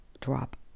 drop